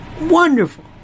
wonderful